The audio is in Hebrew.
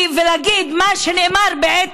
את מעודדת